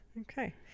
Okay